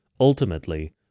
Ultimately